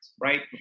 right